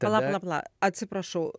pala pala pala atsiprašau